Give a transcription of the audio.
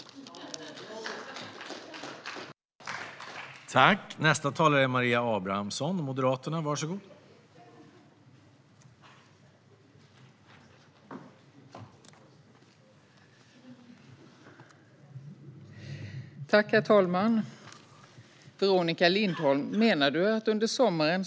Kommittéberättelse - kommittéernas verk-samhet under 2016